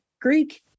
Greek